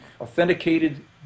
authenticated